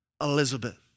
Elizabeth